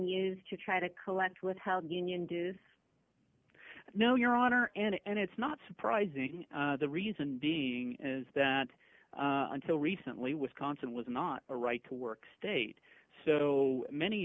used to try to collect with held union dues no your honor and it's not surprising the reason being is that until recently wisconsin was not a right to work state so many